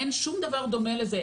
אין שום דבר דומה לזה,